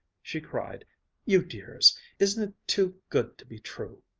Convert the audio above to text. she cried you dears! isn't it too good to be true!